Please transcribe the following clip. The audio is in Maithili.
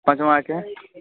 पाँचमाँके